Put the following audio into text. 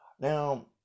Now